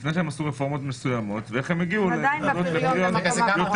ואיך הן הגיעו --- ועדיין הפריון במקום האחרון.